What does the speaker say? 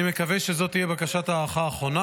אני מקווה שזו תהיה בקשת ההארכה האחרונה